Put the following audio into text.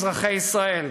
אזרחי ישראל.